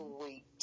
sweet